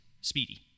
Speedy